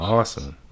Awesome